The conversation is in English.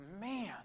Man